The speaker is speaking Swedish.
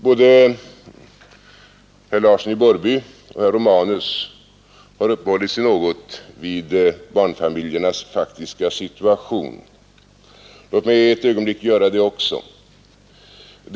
Både herr Larsson i Borrby och herr Romanus har uppehållit sig något vid barnfamiljernas faktiska situation, och låt mig också göra det ett ögonblick.